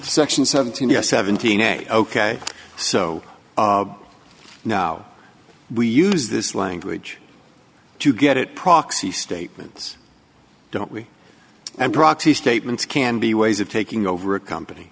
section seventeen yes seventeen a ok so now we use this language to get it proxy statements don't we and proxy statements can be ways of taking over a company